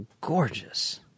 gorgeous